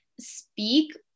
speak